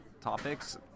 topics